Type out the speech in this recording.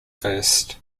first